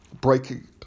breaking